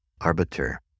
arbiter